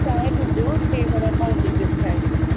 चांहि ॾिजो टे वड़ा पाव ॾिजो ठाहे